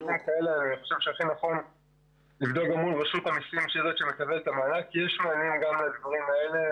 אני חושב שהכי נכון לבדוק מול רשות המסים כי יש מענים גם לדברים הללו.